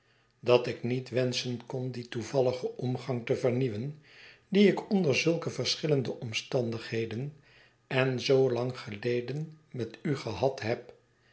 dat ik niet wenschen kon dien toevalligen omgang te vernieuwen dien ik onder zulke verschillende omstandigheden en zoo lang geleden met u gehad heb